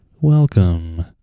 welcome